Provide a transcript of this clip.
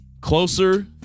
closer